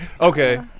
Okay